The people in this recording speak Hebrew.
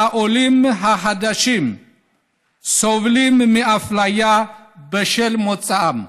שהעולים החדשים סובלים מאפליה בשל מוצאם,